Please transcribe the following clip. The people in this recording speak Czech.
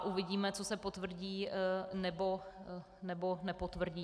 Uvidíme, co se potvrdí, nebo nepotvrdí.